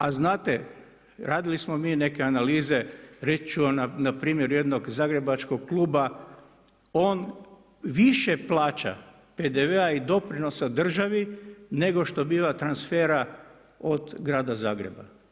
A znate, radili smo mi neke analize, reći ću vam npr. jednog zagrebačkog kluba, on više plaća PDV-a i doprinosa državi nego što biva transfera od grada Zagreba.